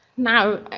now